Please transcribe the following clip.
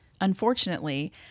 Unfortunately